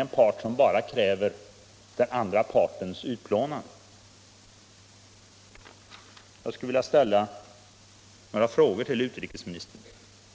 en part som bara kräver den andra partens utplånande? Jag skulle vilja ställa några frågor till utrikesministern.